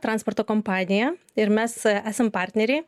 transporto kompaniją ir mes esam partneriai